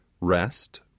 rest